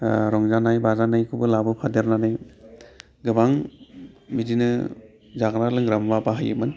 रंजानाय बाजानायखौबो लाबोफादेरनानै गोबां बिदिनो जाग्रा लोंग्रा मुवा बाहायोमोन